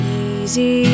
easy